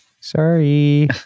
sorry